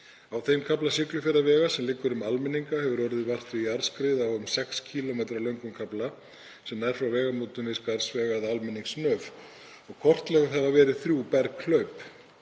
Á þeim kafla Siglufjarðarvegar sem liggur um Almenninga hefur orðið vart við jarðskrið á um 6 km löngum kafla sem nær frá vegamótum við Skarðsveg að Almenningsnöf. Kortlögð hafa verið þrjú berghlaup.